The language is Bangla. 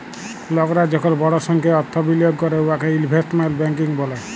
লকরা যখল বড় সংখ্যায় অথ্থ বিলিয়গ ক্যরে উয়াকে ইলভেস্টমেল্ট ব্যাংকিং ব্যলে